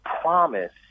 promise